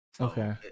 okay